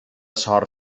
sort